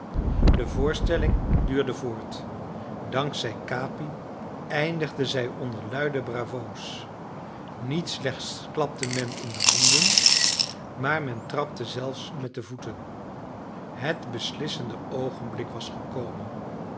de voorstelling duurde voort dank zij capi eindigde zij onder luide bravo's niet slechts klapte men in de handen maar men trapte zelfs met de voeten het beslissende oogenblik was gekomen